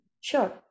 Sure